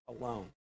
alone